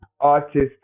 artist